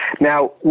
Now